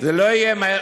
זה לא יהיה מהר,